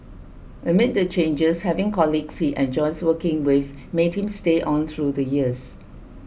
amid the changes having colleagues he enjoys working with made him stay on through the years